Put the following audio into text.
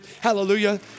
Hallelujah